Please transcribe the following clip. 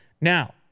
Now